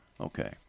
Okay